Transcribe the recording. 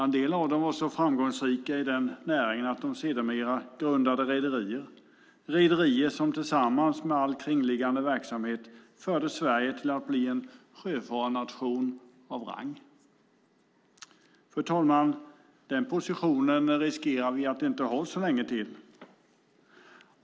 En del av dem var så framgångsrika i denna näring att de sedermera grundade rederier - rederier som tillsammans med all kringliggande verksamhet förde Sverige till att bli en sjöfararnation av rang. Fru talman! Denna position riskerar vi att inte ha så länge till.